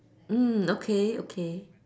mm okay okay